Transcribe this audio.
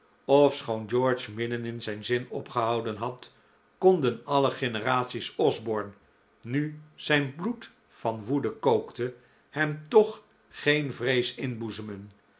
ofschoon george midden in zijn zin opgehouden had konden alle generaties osborne nu zijn bloed van woede kookte hem toch geen vrees